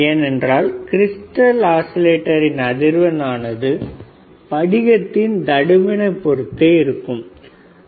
ஏனென்றால் கிறிஸ்டல் ஆஸிலேட்டரின் அதிர்வெண் ஆனது படிகத்தின் தடிமனை பொருத்தே இருக்கிறது